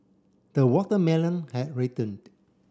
the watermelon had